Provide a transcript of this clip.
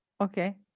Okay